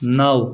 نَو